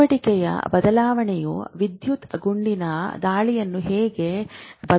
ಚಟುವಟಿಕೆಯ ಬದಲಾವಣೆಯು ವಿದ್ಯುತ್ ಗುಂಡಿನ ದಾಳಿಯನ್ನು ಹೇಗೆ ಬದಲಾಯಿಸುತ್ತದೆ